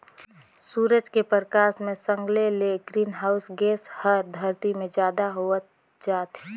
सूरज के परकास मे संघले ले ग्रीन हाऊस गेस हर धरती मे जादा होत जाथे